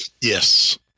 Yes